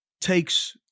takes